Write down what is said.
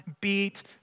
beat